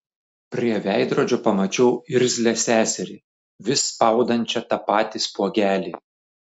prie veidrodžio pamačiau irzlią seserį vis spaudančią tą patį spuogelį